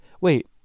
Wait